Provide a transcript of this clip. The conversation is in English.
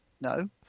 no